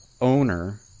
owner